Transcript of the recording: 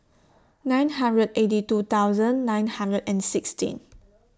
nine hundred eighty two thousand nine hundred and sixteen